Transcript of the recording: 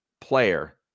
player